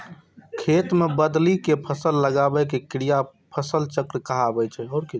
खेत मे बदलि कें फसल लगाबै के क्रिया फसल चक्र कहाबै छै